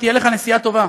שתהיה לך נסיעה טובה.